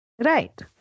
Right